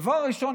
דבר ראשון,